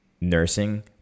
nursing